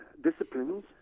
disciplines